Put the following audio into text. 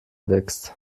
wächst